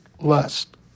lust